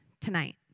tonight